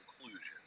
conclusion